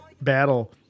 battle